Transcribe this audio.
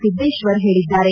ಸಿದ್ದೇಶ್ವರ್ ಹೇಳಿದ್ದಾರೆ